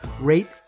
Rate